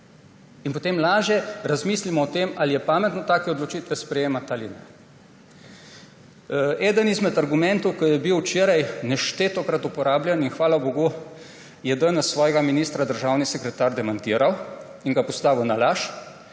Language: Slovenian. in potem lažje razmislimo o tem, ali je pametno take odločitve sprejemati ali ne. Eden izmed argumentov, ki je bila včeraj neštetokrat uporabljen in, hvala bogu, je danes svojega ministra državni sekretar demantiral in ga postavil na laž,